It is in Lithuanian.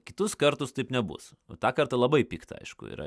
kitus kartus taip nebus o tą kart labai pikta aišku yra